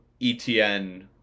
ETN